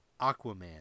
Aquaman